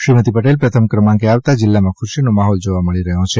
શ્રીમતી પટેલ પ્રથમ ક્રમાંકે આવતાં જિલ્લામાં ખુશીનો માહોલ જોવા મળે છે